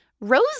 rose